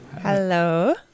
Hello